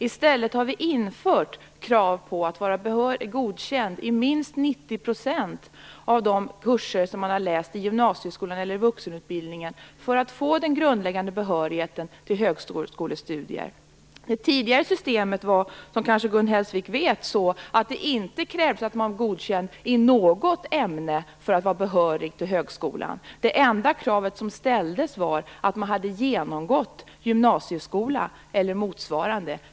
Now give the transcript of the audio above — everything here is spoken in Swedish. I stället har vi infört krav på att man skall vara godkänd i minst 90 % av de kurser som man har läst i gymnasieskolan eller vuxenutbildningen för att få den grundläggande behörigheten till högskolestudier. Det tidigare systemet var, som Gun Hellsvik kanske vet, utformat så att det inte krävdes att man var godkänd i något ämne för att man skulle vara behörig till högskolan. Det enda kravet som ställdes var att man hade genomgått gymnasieskola eller motsvarande.